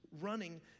running